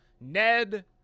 Ned